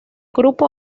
grupo